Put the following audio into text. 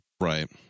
Right